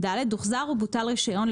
הוחזר או בוטל רישיון,